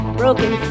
broken